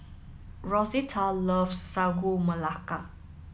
Rosita loves Sagu Melaka